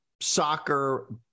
soccer